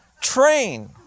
Train